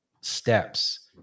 steps